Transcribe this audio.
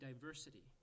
diversity